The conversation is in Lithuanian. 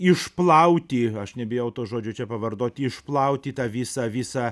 išplauti aš nebijau to žodžio čia pavartot išplauti tą visą visą